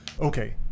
Okay